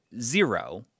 zero